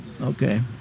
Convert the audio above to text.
okay